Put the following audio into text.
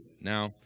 Now